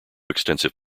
extensive